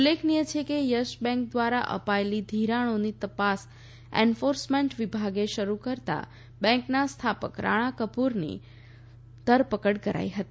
ઉલ્લેખનીય છે કે યસ બેન્ક દ્વારા અપાયેલા ધિરાણોની તપાસ એન્ફોર્સમેન્ટ વિભાગે શરૂ કરતાં બેન્કના સ્થાપક રાણા કપૂરની ધરપકડ કરાઈ હતી